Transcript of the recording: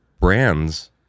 brands